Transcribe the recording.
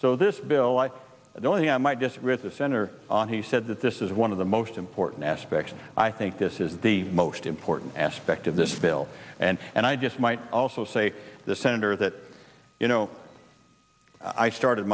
so this bill i don't see i might just recenter on he said that this is one of the most important aspects i think this is the most important aspect of this bill and and i just might also say the senator that you know i started